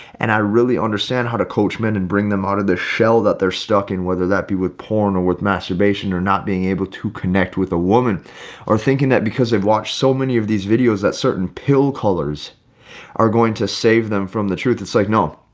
and i really understand how to coach men and bring them out of the shell that they're stuck in, whether that be with porn or with masturbation or not being able to connect with a woman or thinking that because i've watched so many of these videos that certain pills colors are going to save them from the truth. it's like no,